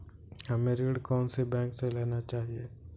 हमें ऋण कौन सी बैंक से लेना चाहिए?